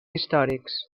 històrics